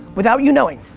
without you knowing,